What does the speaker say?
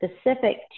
specific